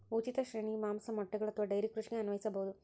ಉಚಿತ ಶ್ರೇಣಿಯು ಮಾಂಸ, ಮೊಟ್ಟೆಗಳು ಅಥವಾ ಡೈರಿ ಕೃಷಿಗೆ ಅನ್ವಯಿಸಬಹುದು